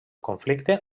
conflicte